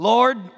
Lord